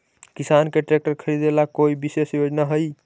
किसान के ट्रैक्टर खरीदे ला कोई विशेष योजना हई?